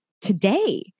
today